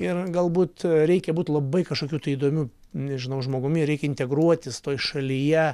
ir galbūt reikia būt labai kažkokiu tai įdomiu nežinau žmogumi reikia integruotis toj šalyje